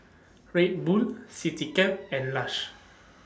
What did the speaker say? Red Bull Citycab and Lush